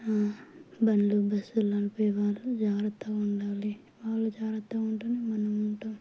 బండ్లు బస్సులు నడిపేవారు జాగ్రత్తగా ఉండాలి వాళ్ళు జాగ్రత్తగా ఉంటేనే మనం ఉంటాం